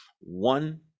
One